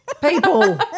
People